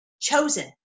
chosen